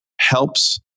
helps